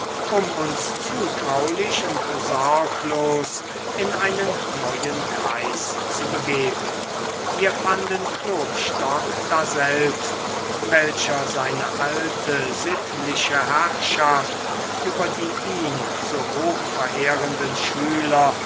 um uns zutraulich und sorglos in einen neuen kreis zu begeben wir fanden klopstock daselbst welcher seine alte sittliche herrschaft über die ihn so hoch verehrenden schüler